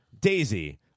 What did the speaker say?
Daisy